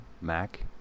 Mac